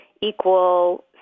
equal